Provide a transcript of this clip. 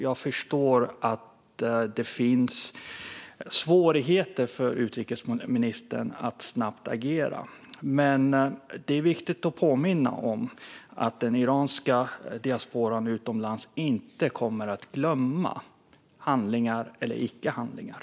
Jag förstår att det finns svårigheter för utrikesministern när det gäller att agera snabbt, men det är viktigt att påminna om att den iranska diasporan utomlands inte kommer att glömma handlingar eller icke-handlingar.